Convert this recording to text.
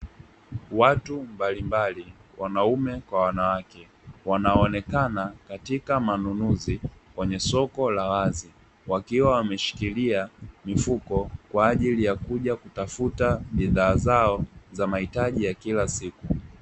Watu mbalimbali wanaume kwa wanawake wanaonekana katika manunuzi, katika soko la wazi, wakiwa wameshika mfuko kwa ajili ya kuja kutafuta bidhaa zao za mahitaji ya kila siku.